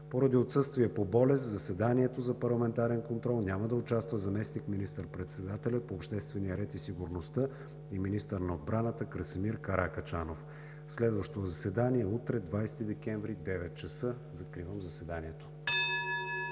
Поради отсъствие по болест в заседанието за парламентарен контрол няма да участва заместник министър-председателят по обществения ред и сигурността и министър на отбраната Красимир Каракачанов. Следващото заседание е утре, 20 декември, от 9,00 ч. Закривам заседанието.